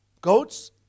Goats